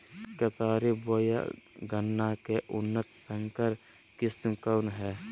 केतारी बोया गन्ना के उन्नत संकर किस्म कौन है?